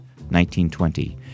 1920